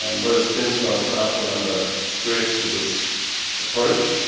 um but stem cells are put under stress with this approach.